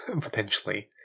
potentially